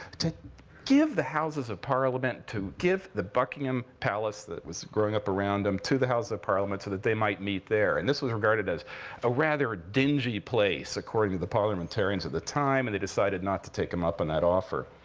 to give the houses of parliament to give the buckingham palace that was growing up around him to the houses of parliament, so that they might meet there. and this was regarded as a rather dingy place, according to the parliamentarians at the time. and they decided not to take him up on that offer.